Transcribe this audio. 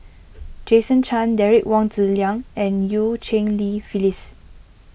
Jason Chan Derek Wong Zi Liang and Eu Cheng Li Phyllis